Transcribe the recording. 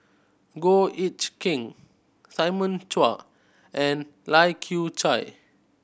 Goh Ech Kheng Simon Chua and Lai Kew Chai